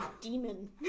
demon